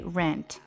rent